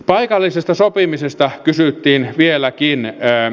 paikallisesta sopimisesta kysyttiin vieläkin